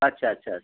আচ্ছা আচ্ছা আচ্ছা